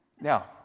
Now